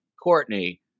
Courtney